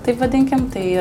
taip vadinkim tai